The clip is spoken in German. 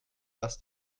was